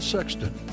Sexton